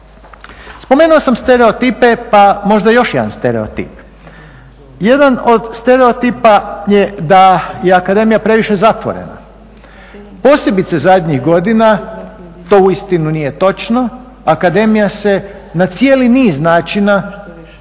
Spomenuo sam stereotipe, pa možda još jedan stereotip, jedan od stereotipa je da je akademija previše zatvorena posebice zadnjih godina, to uistinu nije točno. Akademija se na cijeli niz načina